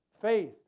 Faith